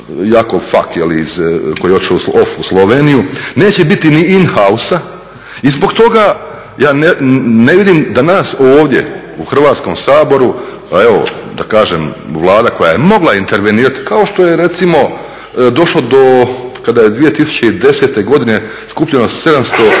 tamo neki … koji je otišao u Sloveniju, neće biti ni in house-a i zbog toga ja ne vidim da nas ovdje u Hrvatskom saboru, pa evo da kažem Vlada koja je mogla intervenirati, kao što je recimo došlo do, kada je 2010. godine skupljeno 700,